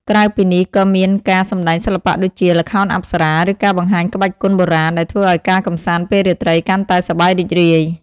ក្រៅពីនេះ ក៏មានការសម្ដែងសិល្បៈដូចជា ល្ខោនអប្សរា ឬការបង្ហាញក្បាច់គុនបុរាណ ដែលធ្វើឱ្យការកម្សាន្តពេលរាត្រីកាន់តែសប្បាយរីករាយ។